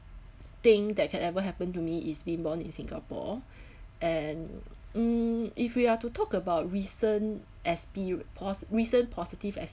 thing that can ever happen to me is been born in singapore and mm if we are to talk about recent expe~ pos~ recent positive